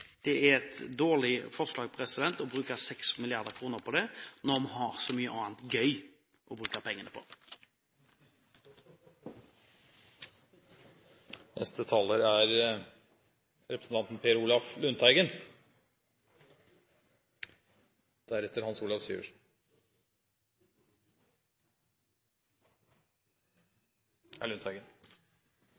det er et dårlig forslag å bruke 6 mrd. kr på det når vi har så mye annet gøy å bruke pengene på. Det er